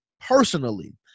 personally